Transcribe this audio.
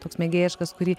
toks mėgėjiškas kurį